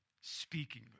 speaking